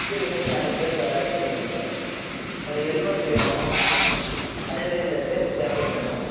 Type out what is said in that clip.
கீழ விழுந்து நிறைய பேருக்கு அடிபடுது சார் கொஞ்சம் ஹெல்மட்டு வேணும் அதேமாதிரி இந்த சேஃப் ஜக்கெட்டு வேணும்